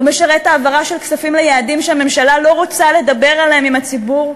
הוא משרת העברה של כספים ליעדים שהממשלה לא רוצה לדבר עליהם עם הציבור.